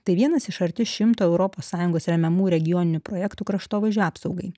tai vienas iš arti šimto europos sąjungos remiamų regioninių projektų kraštovaizdžio apsaugai